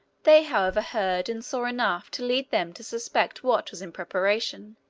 they, however, heard and saw enough to lead them to suspect what was in preparation.